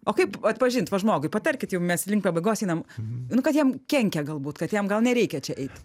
o kaip atpažint va žmogui patarkit jau mes link pabaigos einam nu kad jam kenkia galbūt kad jam gal nereikia čia eit